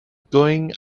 going